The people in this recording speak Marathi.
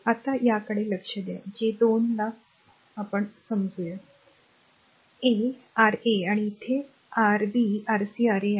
आता त्याकडे लक्ष द्या जे 2 ला कॉल करते समजा a a R a आणि इथे r rb rc ra आहे